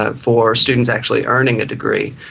ah for students actually earning a degree.